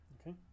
Okay